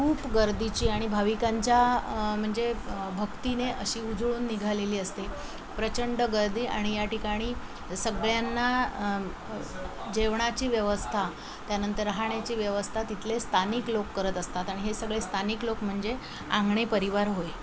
खूप गर्दीची आणि भाविकांच्या म्हणजे भक्तीने अशी उज्वळून निघालेली असते प्रचंड गर्दी आणि या ठिकाणी सगळ्यांना जेवणाची व्यवस्था त्यानंतर राहण्याची व्यवस्था तिथले स्थानिक लोक करत असतात आणि हे सगळे स्थानिक लोक म्हणजे आंगणे परिवार होय